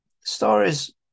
stories